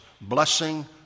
blessing